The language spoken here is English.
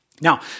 Now